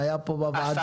הוא היה פה בוועדה.